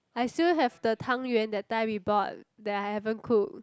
I still have the Tang-Yuan that time we bought that I haven't cooked